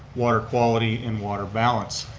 water quality and water balance.